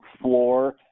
floor –